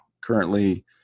currently